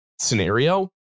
scenario